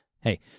Hey